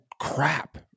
crap